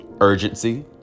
urgency